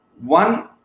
one